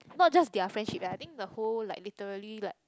not just their friendship eh I think the whole like literally like